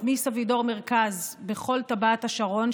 מסבידור מרכז ובכל טבעת השרון,